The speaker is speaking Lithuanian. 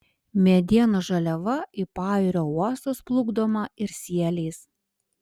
medienos žaliava į pajūrio uostus plukdoma ir sieliais